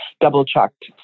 double-checked